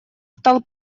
стал